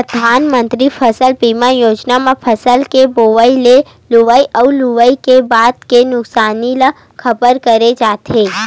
परधानमंतरी फसल बीमा योजना म फसल के बोवई ले लुवई अउ लुवई के बाद के नुकसानी ल कभर करे जाथे